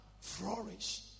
flourish